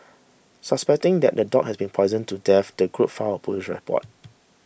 suspecting that the dog had been poisoned to death the group filed a police report